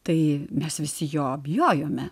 tai mes visi jo bijojome